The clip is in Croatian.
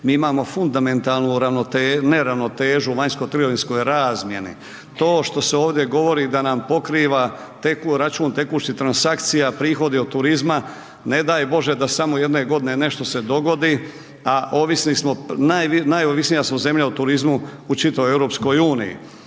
mi imamo fundamentalnu neravnotežu u vanjsko trgovinskoj razmjeni, to što se ovdje govori da nam pokriva, teku, račun tekućih transakcija, prihodi od turizma, ne daj Bože da samo jedne godine nešto se dogodi, a ovisni smo, najovisnija smo zemlja o turizmu u čitavoj EU, dakle ova